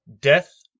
death